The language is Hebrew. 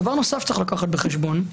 דבר נוסף שצריך לקחת בחשבון הוא